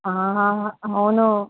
ఆహ అవును